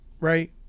right